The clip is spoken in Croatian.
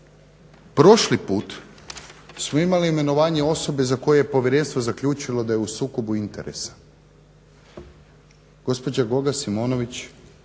prošli put smo imali imenovanje osobe za koju je povjerenstvo zaključilo da je u sukobu interesa. Gospođa Goga Simonović